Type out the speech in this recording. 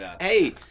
Hey